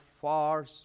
far